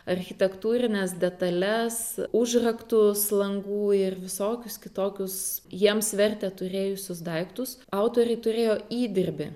architektūrines detales užraktus langų ir visokius kitokius jiems vertę turėjusius daiktus autoriai turėjo įdirbį